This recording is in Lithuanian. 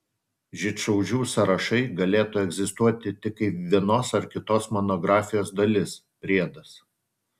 žydšaudžių sąrašai galėtų egzistuoti tik kaip vienos ar kitos monografijos dalis priedas